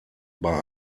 bei